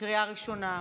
קריאה ראשונה.